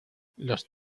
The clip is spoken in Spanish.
los